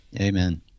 Amen